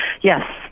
yes